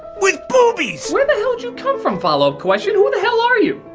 with boobies! where the hell did you come from, follow-up question? who the hell are you?